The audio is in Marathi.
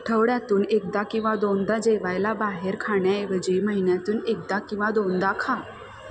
आठवड्यातून एकदा किंवा दोनदा जेवायला बाहेर खाण्याऐवजी महिन्यातून एकदा किंवा दोनदा खा